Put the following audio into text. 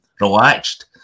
relaxed